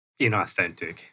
inauthentic